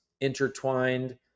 intertwined